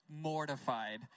mortified